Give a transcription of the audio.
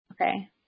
Okay